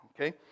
okay